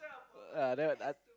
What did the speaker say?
uh that I